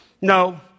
No